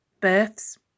Births